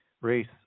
race